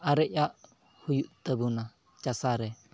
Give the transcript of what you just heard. ᱟᱨᱮᱡ ᱟᱜ ᱦᱩᱭᱩᱜ ᱛᱟᱵᱚᱱᱟ ᱪᱟᱥᱟ ᱨᱮ